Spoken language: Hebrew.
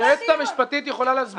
היועצת המשפטית של הוועדה יכולה להסביר